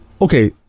okay